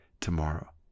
tomorrow